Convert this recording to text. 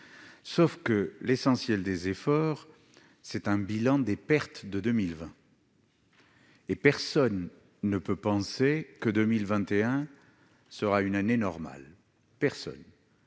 sauf que l'essentiel des efforts, c'est un bilan des pertes de 2020. Et personne ne peut penser que 2021 sera une année normale, personne,